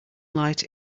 light